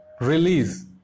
release